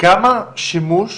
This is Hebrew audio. כמה שימוש